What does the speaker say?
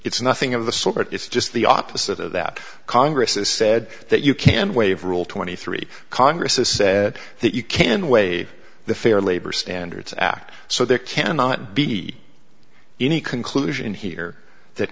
it's nothing of the sort it's just the opposite of that congress has said that you can't waive rule twenty three congress has said that you can waive the fair labor standards act so there cannot be any conclusion here that